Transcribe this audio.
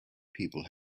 people